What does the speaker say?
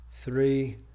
three